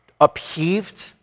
upheaved